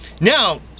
Now